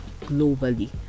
globally